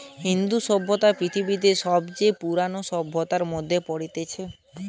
ইন্দু সভ্যতা পৃথিবীর সবচে পুরোনো সভ্যতার মধ্যে পড়তিছে